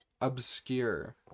obscure